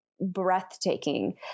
breathtaking